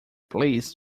please